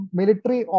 military